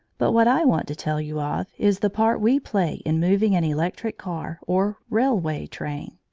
but what i want to tell you of, is the part we play in moving an electric car or railway train.